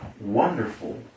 wonderful